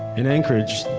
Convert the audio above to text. in anchorage,